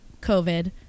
COVID